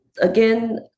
again